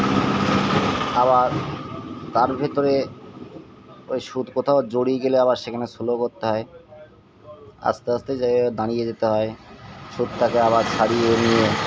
আবার তার ভেতরে ওই সুদ কোথাও জড়িয়ে গেলে আবার সেখানে স্লো করতে হয় আস্তে আস্তে জায়গায় দাঁড়িয়ে যেতে হয় সুদটাকে আবার ছাড়িয়ে নিয়ে